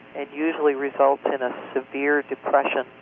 it usually results in a severe depression.